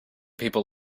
people